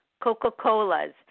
Coca-Colas